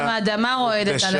גם האדמה רועדת.